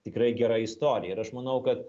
tikrai gera istorija ir aš manau kad